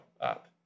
up